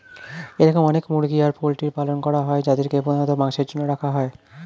এরম অনেক মুরগি আর পোল্ট্রির পালন করা হয় যাদেরকে প্রধানত মাংসের জন্য রাখা হয়